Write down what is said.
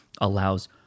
allows